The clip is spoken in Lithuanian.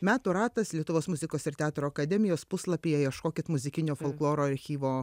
metų ratas lietuvos muzikos ir teatro akademijos puslapyje ieškokit muzikinio folkloro archyvo